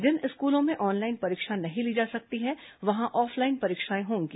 जिन स्कूलों में ऑनलाइन परीक्षा नहीं ली जा सकती हैं वहां ऑफलाइन परीक्षाएं होंगी